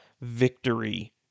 victory